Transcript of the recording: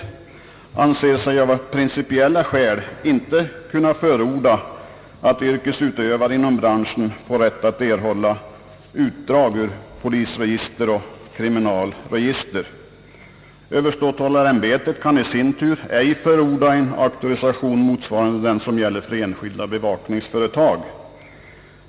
Styrelsen anser sig av principiella skäl inte kunna förorda att utövare inom branschen skulle få rätt att erhålla utdrag ur polisregister och kriminalregister. Överståthållarämbetet kan i sin tur ej förorda en auktorisation motsvarande den som gäller för enskilda bevakningsföretag.